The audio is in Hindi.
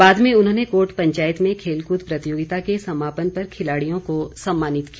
बाद में उन्होंने कोट पंचायत में खेलकूद प्रतियोगिता के समापन पर खिलाड़ियों को सम्मानित किया